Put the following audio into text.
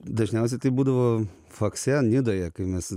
dažniausiai tai būdavo fakse nidoje kai mes